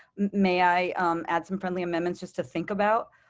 may i add some friendly amendments, just to think about